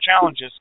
challenges